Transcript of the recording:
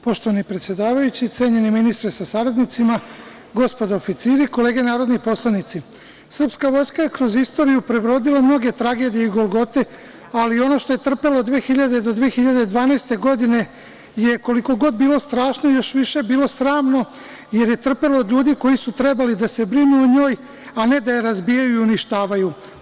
Poštovani predsedavajući, cenjeni ministre sa saradnicima, gospodo oficiri, kolege narodni poslanici, Srpska Vojska je kroz istoriju prebrodila mnoge tragedije i golgote, ali ono što je trpela od 2000. do 2012. godine, je koliko god bilo strašno još više bilo sramno, jer je trpelo od ljudi koji su trebali da se brinu o njoj, a ne da je razbijaju i uništavaju.